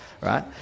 right